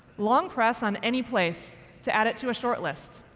long press on any place to add it to a short list.